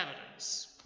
evidence